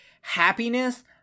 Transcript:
happiness